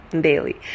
daily